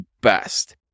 best